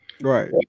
Right